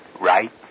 right